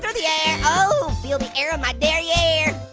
the air. oh, feel the air on my derriere.